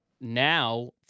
now